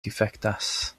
difektas